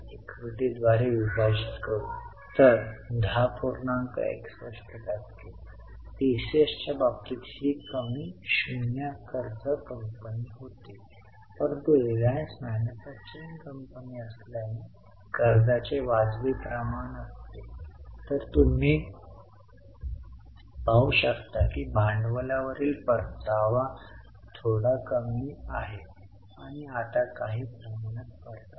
आपण नंतर गुणोत्तर आणि सेगमेंट्सचे विश्लेषण कसे करावे यावर चर्चा करू परंतु आपण केलेल्या कॅश फ्लो वर नजर टाकून आपण एकूणच टिप्पण्या केल्या आहेत असे आपण म्हणू शकतो की ते आरोग्यदायी चिन्ह आहे